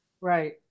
Right